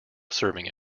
serving